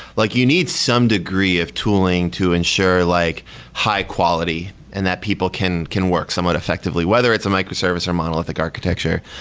like you need some degree of tooling to ensure like high-quality and that people can can work somewhat effectively whether it's a microservice or a monolithic architecture.